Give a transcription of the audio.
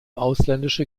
ausländische